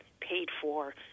paid-for